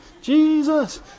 Jesus